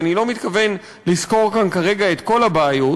ואני לא מתכוון לסקור כאן כרגע את כל הבעיות,